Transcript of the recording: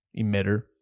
emitter